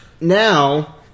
Now